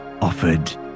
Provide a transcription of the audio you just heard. offered